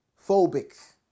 phobic